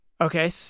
Okay